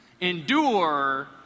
Endure